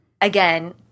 Again